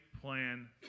Plan